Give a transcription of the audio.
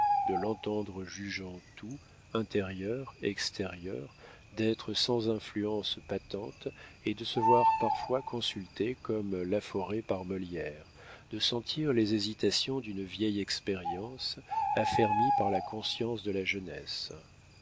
de l'entendre jugeant tout intérieur extérieur d'être sans influence patente et de se voir parfois consultés comme laforêt par molière de sentir les hésitations d'une vieille expérience affermies par la conscience de la jeunesse